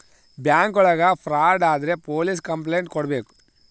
bank ಒಳಗ fraud ಆದ್ರೆ police complaint ಕೊಡ್ಬೇಕು